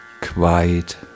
quiet